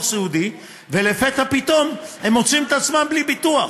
סיעודי ולפתע פתאום הם מוצאים את עצמם בלי ביטוח,